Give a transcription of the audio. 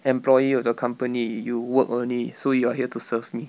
employee of the company you work only so you're here to serve me